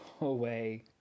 away